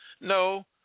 No